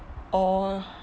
or